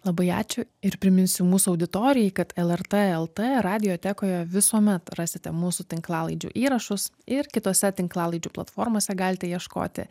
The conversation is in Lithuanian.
labai ačiū ir priminsiu mūsų auditorijai kad lrt lt radiotekoje visuomet rasite mūsų tinklalaidžių įrašus ir kitose tinklalaidžių platformose galite ieškoti